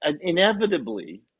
Inevitably